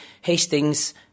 Hastings